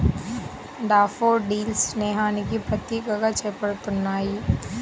daffodils స్నేహానికి ప్రతీకగా చెప్పబడుతున్నాయి